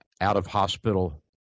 out-of-hospital